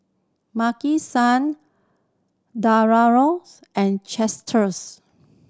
Maki San Diadoras and Chipsters